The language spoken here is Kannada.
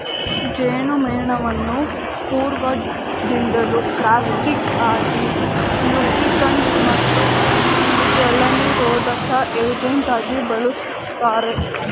ಜೇನುಮೇಣವನ್ನು ಪೂರ್ವದಿಂದಲೂ ಪ್ಲಾಸ್ಟಿಕ್ ಆಗಿ ಲೂಬ್ರಿಕಂಟ್ ಮತ್ತು ಜಲನಿರೋಧಕ ಏಜೆಂಟಾಗಿ ಬಳುಸ್ತಾರೆ